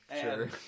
sure